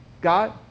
God